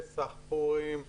פסח, פורים,